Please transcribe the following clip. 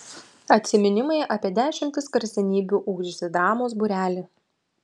atsiminimai apie dešimtis garsenybių ugdžiusį dramos būrelį